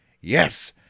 Yes